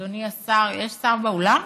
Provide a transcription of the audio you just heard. אדוני השר, יש שר באולם?